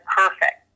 perfect